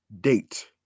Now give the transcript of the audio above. date